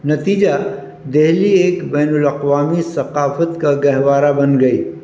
نتیجہ دہلی ایک بین الاقوامی ثقافت کا گہوارہ بن گئی